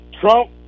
Trump